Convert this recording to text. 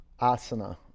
asana